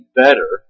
better